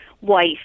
wife